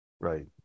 right